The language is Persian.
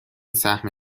سهم